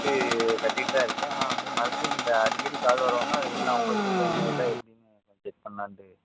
இது கட்டிகிட்டு தான் இருக்கேன் ஆனால் வந்து மறுபடியும் இந்த அடிக்கடி கால் வரவும் தான் அது என்ன உங்கள் சைட்லேருந்து வருதா எப்படின்னு அதுதான் செக் பண்ணலான்ட்டு